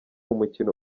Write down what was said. umukino